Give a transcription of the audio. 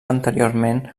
anteriorment